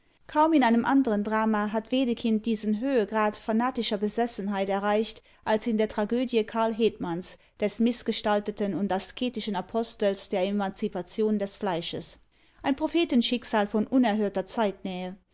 kaum in einem anderen drama hat wedekind diesen höhegrad fanatischer besessenheit erreicht als in der tragödie karl hetmanns des mißgestalteten und asketischen apostels der emanzipation des fleisches ein prophetenschicksal von unerhörter zeitnähe